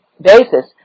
basis